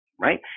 right